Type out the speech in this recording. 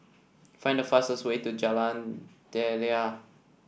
find the fastest way to Jalan Daliah